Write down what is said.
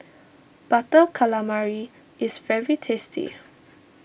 Butter Calamari is very tasty